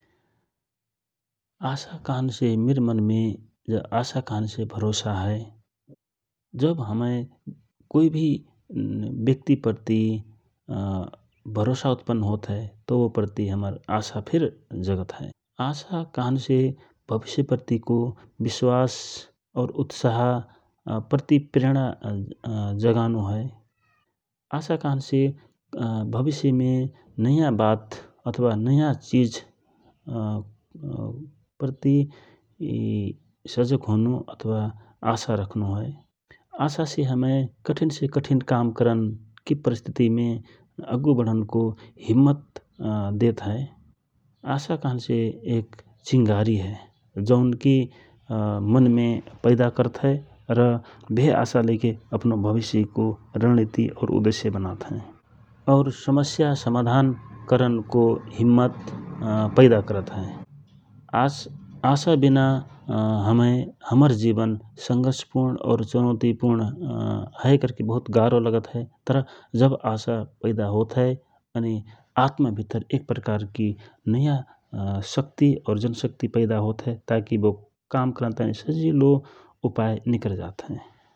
आशा कहन से मिर मन मे जा आशा कहन से भरोसा हए । जव हमय कोइ भि व्यक्ति प्रति भरोसा उत्पन्न होत हए बो प्रति आशा फिर जगत हए आशा कहन से भविष्य प्रतिको विश्वास, और उत्सहा प्रति प्रेणा जगानो हए । आशा कहनसे भविष्य मे नयाँ वात अथवा नयाँ चिज प्रति सजग होनो अथवा आशा रखनो हए । आशा से हमय कठिन से कठिन काम करन के प्ररस्थितिमे अग्गु बढनको हिम्मत देत हए । आशा कहन से एक चिङ्गारी हए । जौन कि मनमे पैदा करत हए र बहे आशा लइके अपन भविष्यको रणनिति और उद्देश्य बनात हए । और समस्या समाधान करनको हिम्मत पैदा करत हए आशा विना हमर जिवन संघर्षपुर्ण और चुनौतिपुर्ण । हए कहिके बहुत गाह्रोलागत हए तर जव आशा पैदा होत हए आत्मा भितर एक प्रकारकी शक्त और जनशक्ति पैदा होत हए ताकि बो काम करन ताँहि सजिलो उपाए नकर जात हए ।